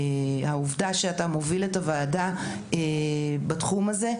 והעובדה שאתה מוביל את הוועדה בתחום הזה,